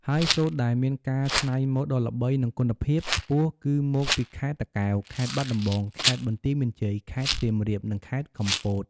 ហើយសូត្រដែលមានការច្នៃម៉ូតដ៏ល្បី និងគុណភាព ខ្ពស់គឺមកពីខេត្តតាកែវ ខេត្តបាត់ដំបង ខេត្តបន្ទាយមានជ័យ ខេត្តសៀមរាប និងខេត្តកំពត។